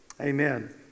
amen